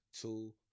two